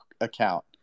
account